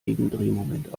gegendrehmoment